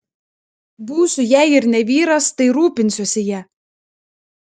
būsiu jei ir ne vyras tai rūpinsiuosi ja